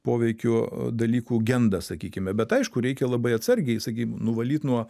poveikio dalykų genda sakykime bet aišku reikia labai atsargiai sakykim nuvalyt nuo